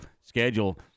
schedule